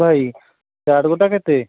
ଭାଇ ଚାଟ୍ ଗୋଟା କେତେ